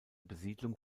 besiedlung